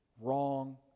wrong